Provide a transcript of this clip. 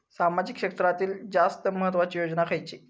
सामाजिक क्षेत्रांतील जास्त महत्त्वाची योजना खयची?